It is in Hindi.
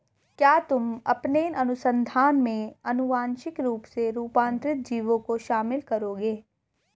क्या तुम अपने अनुसंधान में आनुवांशिक रूप से रूपांतरित जीवों को शामिल करोगे?